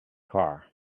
car